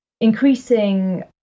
increasing